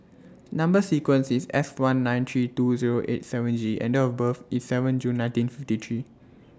Number sequence IS S one nine three two Zero eight seven G and Date of birth IS seven June nineteen fifty three